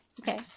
Okay